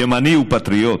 ימני הוא פטריוט,